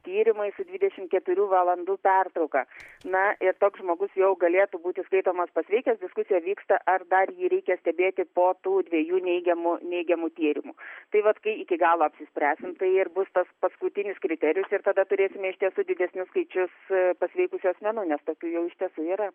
tyrimai su dvidešimt keturių valandų pertrauka na ir toks žmogus jau galėtų būti skaitomas pasveikęs diskusija vyksta ar dar jį reikia stebėti po tų dviejų neigiamų neigiamų tyrimų tai vat kai iki galo apsispręsime tai ir bus tas paskutinis kriterijus ir tada turėsime iš tiesų didesnius skaičius pasveikusių asmenų nes tokių jau iš tiesų yra